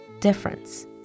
difference